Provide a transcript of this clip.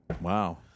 Wow